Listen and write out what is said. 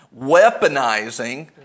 weaponizing